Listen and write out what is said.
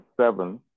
seven